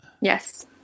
Yes